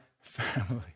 family